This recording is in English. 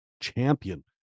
Champion